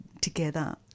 together